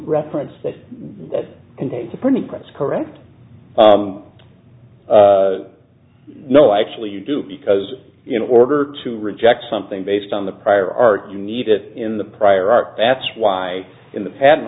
reference that contains the printing press correct no actually you do because you know order to reject something based on the prior art you need it in the prior art that's why in the patent